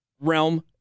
realm